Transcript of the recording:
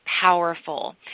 powerful